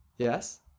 Yes